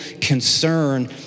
concern